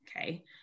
okay